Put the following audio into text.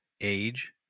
age